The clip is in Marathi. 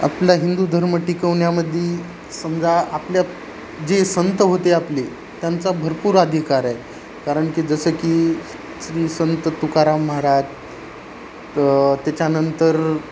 आपला हिंदू धर्म टिकवण्यामध्ये समजा आपल्या जे संत होते आपले त्यांचा भरपूर अधिकार आहे कारण की जसं की श्री संत तुकाराम महाराज त्याच्यानंतर